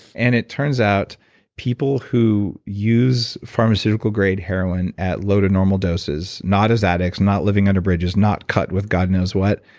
and it turns out people who use pharmaceutical-grade heroin at low to normal doses, not as addicts, not living under bridges, not cut with god knows what,